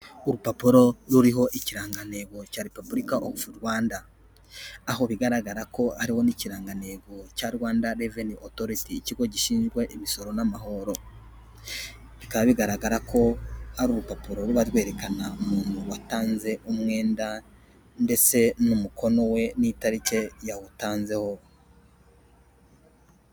Urupapuro ruriho ikirangantego cya repubulika ofu Rwanda. Aho bigaragara ko hariho n'ikirangantego cya Rwanda reveni otoriti. Ikigo gishinzwe imisoro n'amahoro. Bikaba bigaragara ko ari urupapuro ruba rwerekana umuntu watanze umwenda, ndetse n'umukono we, n'itariki yawutanzeho.